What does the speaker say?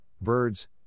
birds